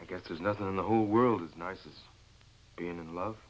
i guess there's nothing in the whole world as nice as being in love